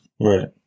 right